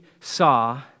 saw